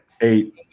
Eight